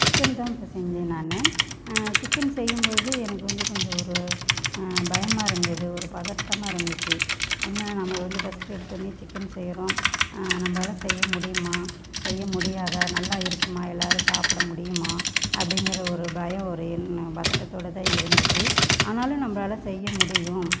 chicken தான் செஞ்சேன் நான் சிக்கன் செய்யும் பொழுதே எனக்கு வந்து கொஞ்சம் ஒரு பயமாக இருந்தது ஒரு பதட்டமாக இருந்துச்சு என்ன நாம் வந்து ஃபஸ்ட்டு எடுத்தோடனே சிக்கன் செய்கிறோம் நம்மளால செய்ய முடியுமா செய்ய முடியாதா நல்லா இருக்குமா எல்லோரும் சாப்பிட முடியுமா அப்படிங்கிற ஒரு பயம் ஒரு பதட்டத்தோடு தான் இருந்துச்சு ஆனாலும் நம்மளால செய்ய முடியும்